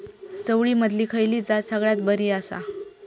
चवळीमधली खयली जात सगळ्यात बरी आसा?